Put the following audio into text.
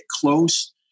close